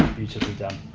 beautifully done,